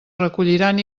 recolliran